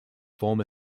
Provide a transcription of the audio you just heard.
former